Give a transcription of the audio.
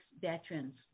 veterans